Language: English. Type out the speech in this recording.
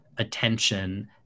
attention